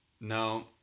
No